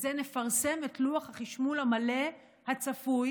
והוא: נפרסם את לוח החשמול המלא הצפוי,